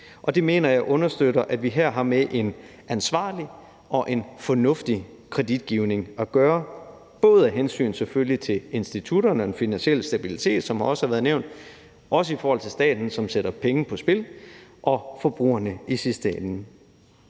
Det mener jeg understøtter, at vi her har med en ansvarlig og en fornuftig kreditgivning at gøre, både af hensyn, selvfølgelig, til institutterne og den finansielle stabilitet, som også har været nævnt, men også af hensyn til staten, som sætter penge på spil, og i sidste ende